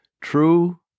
True